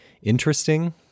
interesting